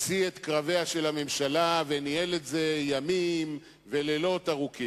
הוציא את קרביה של הממשלה וניהל את זה ימים ולילות ארוכים.